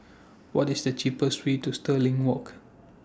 What IS The cheapest Way to Stirling Walk